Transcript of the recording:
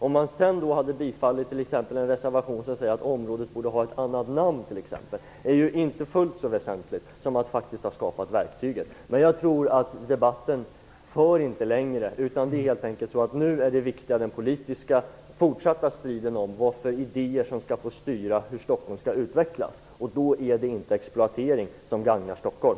Om man sedan bifaller en reservation, t.ex. om att området borde ha ett annat namn, eller inte är ju inte fullt så väsentligt som att faktiskt ha skapat verktyget. Jag tror inte att debatten för oss längre. Nu gäller den viktiga fortsatta politiska striden vad för idéer som skall få styra hur Stockholm skall utvecklas. Det är inte exploatering som gagnar Stockholm.